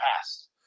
past